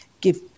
give